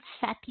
Sati